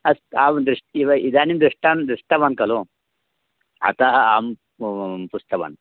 अस्तु अहं दृ् इव इदानीं दृष्टवान् दृष्टवान् खलु अतः अहं पुष्टवान्